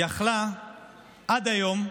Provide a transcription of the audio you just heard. יכלה עד היום,